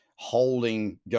Holding